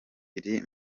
iri